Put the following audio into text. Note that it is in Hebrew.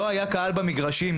לא היה קהל במגרשים.